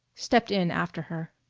stepped in after her.